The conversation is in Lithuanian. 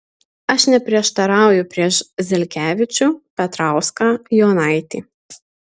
aš neprieštarauju prieš zelkevičių petrauską jonaitį